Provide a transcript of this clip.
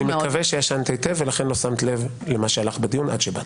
אני מקווה שישנת היטב ולכן לא שמת לב למה שהלך בדיון עד שבאת.